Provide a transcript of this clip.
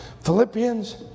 Philippians